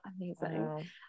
amazing